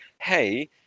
hey